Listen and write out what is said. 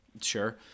Sure